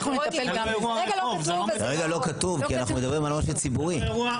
כרגע לא כתוב, כי אנחנו מדברים על --- ציבורי.